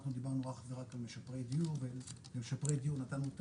אנחנו דיברנו אך ורק על משפרי דיור ולמשפרי דיור נתנו את